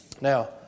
Now